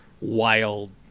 wild